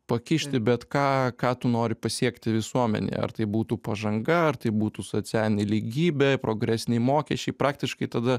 pakišti bet ką ką tu nori pasiekti visuomenėje ar tai būtų pažanga ar tai būtų socialinė lygybė progresiniai mokesčiai praktiškai tada